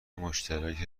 مشترک